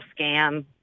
scam